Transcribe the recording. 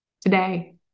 today